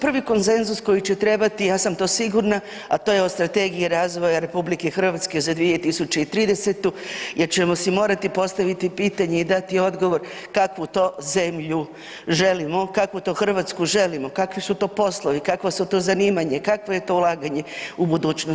Prvi konsenzus koji će trebati, ja sam to sigurna, a to je o Strategiji razvoja RH za 2030. jer ćemo si morati postaviti pitanje i dati odgovor kakvu to zemlju želimo, kakvu to Hrvatsku želimo, kakvi su to poslovi, kakva su to zanimanje, kakva je to ulaganje u budućnost?